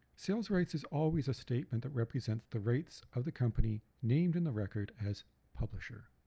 sales rights is always a statement that represents the rights of the company named in the record as publisher.